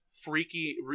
Freaky